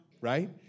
right